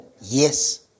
yes